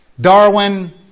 Darwin